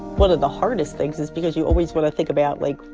one of the hardest things is because you always want to think about, like,